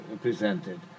presented